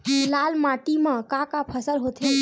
लाल माटी म का का फसल होथे?